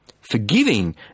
forgiving